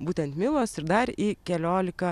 būtent milos ir dar į keliolika